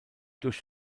durch